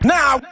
Now